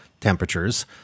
temperatures